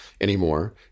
anymore